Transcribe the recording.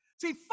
See